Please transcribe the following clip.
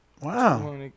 Wow